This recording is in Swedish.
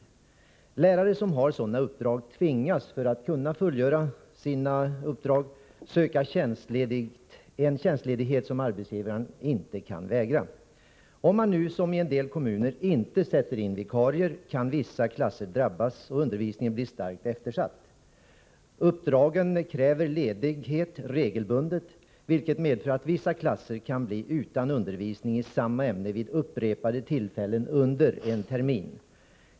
De lärare som har sådana uppdrag tvingas för att kunna fullgöra sina uppdrag söka tjänstledighet, som arbetsgivaren inte kan vägra. Om man nu som i en del kommuner inte sätter in vikarier, kan vissa klasser drabbas och undervisningen bli starkt eftersatt. Uppdragen kräver ledighet regelbundet, vilket medför att vissa klasser kan bli utan undervisning i samma ämne vid upprepade tillfällen under en termin.